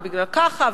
ובגלל ככה,